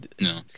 No